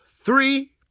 three